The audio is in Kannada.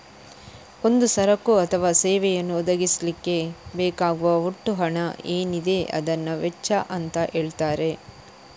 ಒಂದು ಸರಕು ಅಥವಾ ಸೇವೆಯನ್ನ ಒದಗಿಸ್ಲಿಕ್ಕೆ ಬೇಕಾಗುವ ಒಟ್ಟು ಹಣ ಏನಿದೆ ಅದನ್ನ ವೆಚ್ಚ ಅಂತ ಹೇಳ್ತಾರೆ